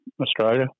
Australia